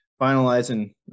finalizing